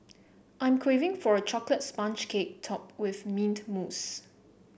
I am craving for a chocolate sponge cake topped with mint mousse